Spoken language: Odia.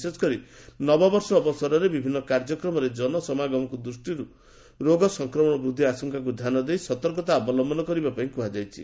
ବିଶେଷକରି ନବବର୍ଷ ଅବସରରେ ବିଭିନ୍ନ କାର୍ଯ୍ୟକ୍ରମରେ ଜନସମାଗମ ଦୃଷ୍ଟିରୁ ରୋଗର ସଂକ୍ରମଣ ବୃଦ୍ଧି ଆଶଙ୍କାକୁ ଧ୍ୟାନଦେଇ ସତର୍କତା ଅବଲମ୍ବନ କରିବାପାଇଁ କୁହାଯାଇଛି